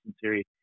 series